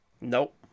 Nope